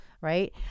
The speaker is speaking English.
right